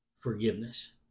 forgiveness